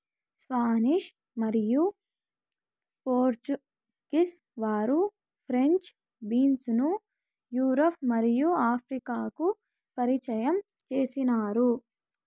Spanish మరియు Portuguese వారు French beans ను యూరప్ మరియు ఆఫ్రికాకు పరిచయం చేసినారు